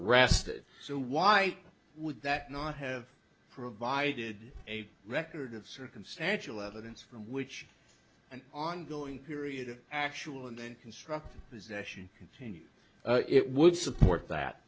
arrested so why would that not have provided a record of circumstantial evidence from which an ongoing period of actual and constructive possession in it would support that